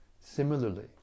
Similarly